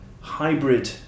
hybrid